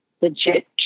legit